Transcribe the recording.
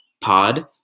pod